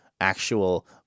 actual